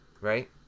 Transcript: right